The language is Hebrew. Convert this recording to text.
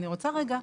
אני רוצה רגע,